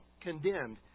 condemned